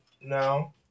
No